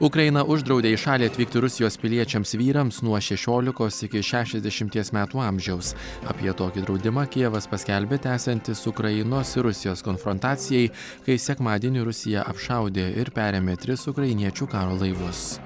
ukraina uždraudė į šalį atvykti rusijos piliečiams vyrams nuo šešiolikos iki šešiasdešimties metų amžiaus apie tokį draudimą kijevas paskelbė tęsiantis ukrainos rusijos konfrontacijai kai sekmadienį rusija apšaudė ir perėmė tris ukrainiečių karo laivus